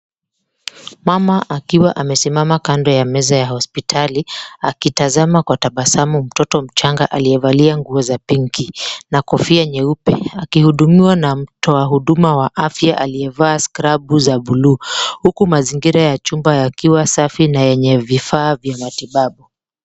Mama akiwa amesimama kando ya meza ya hospitali akitazama kwa tabasamu mtoto mchanga aliyevalia nguo za pinki na kofia nyeupe akihudumiwa na mtoa huduma wa afya aliyevaa scrabu za buluu huku mazingira ya chumba yakiwa safi na yenye vifaa vya matibabu.